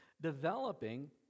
developing